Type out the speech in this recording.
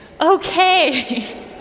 Okay